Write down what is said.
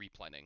replanning